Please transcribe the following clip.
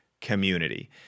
community